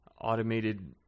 automated